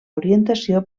orientació